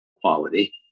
quality